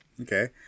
Okay